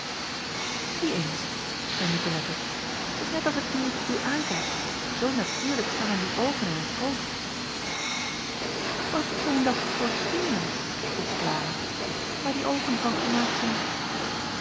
ie eens zeî icolette t is net of het dier u aankijkt zoo natuurlijk staan hem die oogen in t hoofd at zijn dat voor steenen vroeg lara waar die oogen van gemaakt zijn